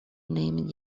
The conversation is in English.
name